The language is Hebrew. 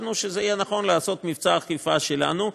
חשבנו שזה יהיה נכון לעשות מבצע אכיפה שלנו.